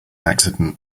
accident